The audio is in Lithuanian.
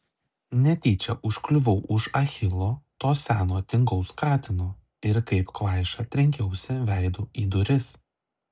netyčia užkliuvau už achilo to seno tingaus katino ir kaip kvaiša trenkiausi veidu į duris